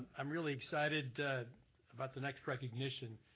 i'm really excited about the next recognition.